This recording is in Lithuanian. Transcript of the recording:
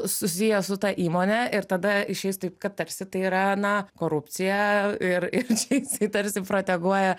susijęs su ta įmone ir tada išeis taip kad tarsi tai yra na korupcija ir ir čia jisai tarsi proteguoja